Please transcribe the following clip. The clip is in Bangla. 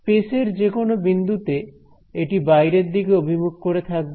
স্পেস এর যে কোন বিন্দুতে এটি বাইরের দিকে অভিমুখ করে থাকবে